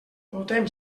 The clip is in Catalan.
votem